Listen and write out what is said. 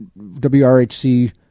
WRHC